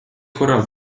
korral